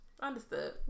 understood